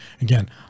Again